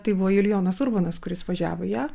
tai buvo julijonas urbonas kuris važiavo į ją